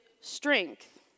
strength